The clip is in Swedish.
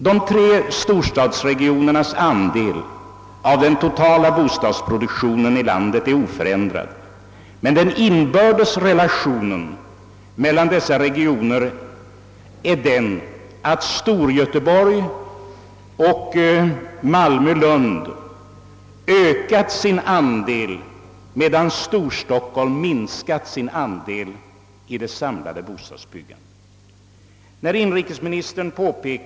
De tre storstadsregionernas andel av den totala bostadsproduktionen i landet är oförändrad, men den inbördes relationen mellan dessa regioner är den att Storgöteborg och Malmö—Lund ökat sin andel, medan Storstockholm minskat sin andel av det samlade bostadsbyggandet.